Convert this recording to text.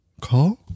Call